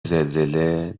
زلزله